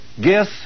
guess